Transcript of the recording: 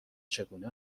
چگونه